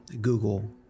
Google